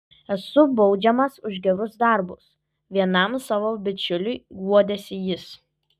esu baudžiamas už gerus darbus vienam savo bičiuliui guodėsi jis